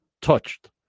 touched